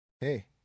Hey